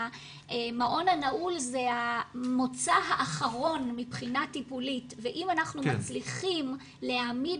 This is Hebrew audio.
המעון הנעול זה המוצא האחרון מבחינה טיפולית ואם אנחנו מצליחים להעמיד